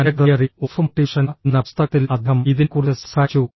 തൻ്റെ theory of motivation എന്ന പുസ്തകത്തിൽ അദ്ദേഹം ഇതിനെക്കുറിച്ച് സംസാരിച്ചു